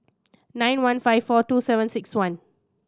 nine one five four two seven six one